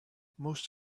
most